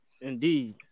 Indeed